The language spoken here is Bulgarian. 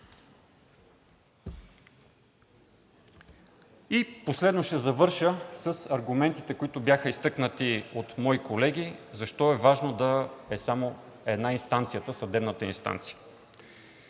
Последно, ще завърша с аргументите, които бяха изтъкнати от мои колеги, защо е важно да е само една инстанция – съдебната инстанция.